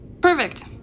Perfect